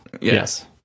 Yes